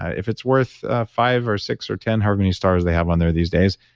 if it's worth five or six or ten however many stars they have on there these days,